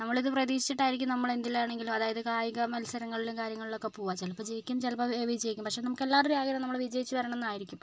നമ്മളിത് പ്രതീക്ഷിച്ചിട്ടായിരിക്കും നമ്മള് എന്തിലാണെങ്കിലും അതായത് കായിക മത്സരങ്ങളിലും കാര്യങ്ങളിലും ഒക്കെ പോകുക ചിലപ്പം ജയിക്കും ചിലപ്പം വിജയിക്കും പക്ഷെ നമുക്ക് എല്ലാവരുടെയും ആഗ്രഹം നമ്മള് വിജയിച്ച് വരണം എന്നായിരിക്കും